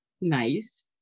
Nice